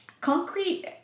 Concrete